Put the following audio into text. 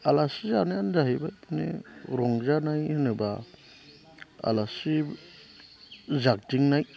आलासि जानायानो जाहैबाय बिदिनो रंजानाय होनोब्ला आलासि जादिंनाय